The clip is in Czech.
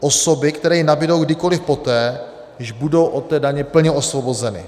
Osoby, které ji nabydou kdykoliv poté, již budou od té daně plně osvobozeny.